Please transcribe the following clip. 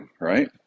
right